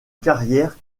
carrière